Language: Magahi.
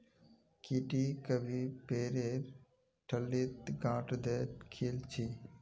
की टी कभी पेरेर ठल्लीत गांठ द खिल छि